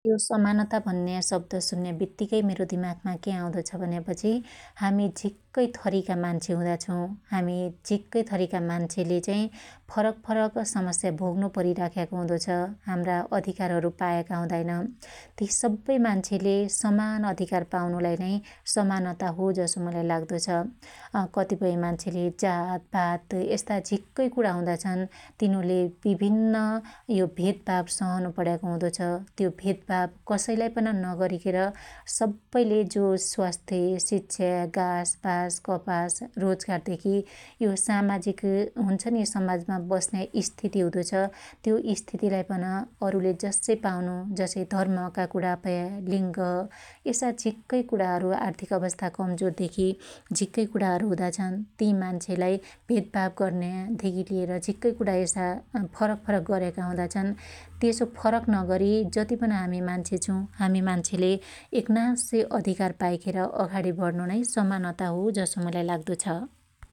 यो समानता शब्द सुन्या बित्तीकै मेरो दिमागमा क्या आउदो छ भन्यापछी हामी झिक्कै थरीका मान्छे हुदा छौ । हामी झिक्कै थरीका मान्छेले चाइ फरक फरक समस्या भोग्नु परीराख्याको हुदो छ । हाम्रा अधिकारहरु पायाका हुदाईन ति सब्बै मान्छेले समान अधिकार पाउनु लाई नै समानता हो जसो मुलाई लाग्दो छ । अकतिपय मान्छेले जात भात यस्ता झिक्कै कुणा हुदा छन् तिनुले बिभिन्न यो भेदभाब सहनु पण्याको हुदो छ त्यो भेदभाब कसैलाई पन नगरीखेर सब्बैले जो स्वास्थ्य, शिक्षा, गास बाँस ,कपास, रोजगार देखी यो सामाजिक हुन्छ नि समाजमा बस्न्या स्थिति हुदो छ त्यो स्थितिलाई पन अरुले जस्सै पाउनु जसै धर्मका कुणा भया लिड्ग, यसा झिक्कै कुणाहरु आर्थिक अवस्था कमजोर देखी झिक्कै कुणाअरु हुदा छन् । ति मान्छेलाई भेदभाव गर्न्या धेकी लिएर झिक्कै कुणा यसा फरक फरक गर्याका हुदा छ। त्यसो फरक नगरी जत्ती पन हामि मान्छे छु हामि मान्छेले एकनास्सै अधिकार पाईखेर अघाणी बढ्नु नै समानता हो जसो मुलाई लाग्दो छ ।